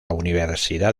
universidad